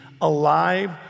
alive